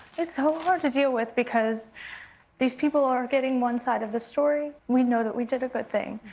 it's so hard to deal with because these people are getting one side of the story. we know that we did a good thing,